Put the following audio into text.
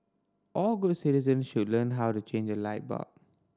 all good citizen should learn how to change a light bulb